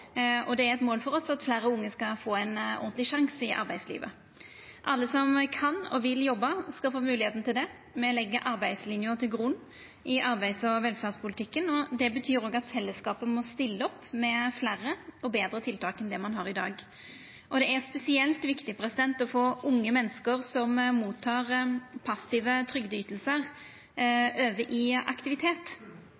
Det er eit mål for oss at fleire unge skal få ein ordentleg sjanse i arbeidslivet. Alle som kan og vil jobba, skal få moglegheita til det. Me legg arbeidslina til grunn i arbeids- og velferdspolitikken, og det betyr òg at fellesskapet må stilla opp med fleire og betre tiltak enn det ein har i dag. Det er spesielt viktig å få unge menneske som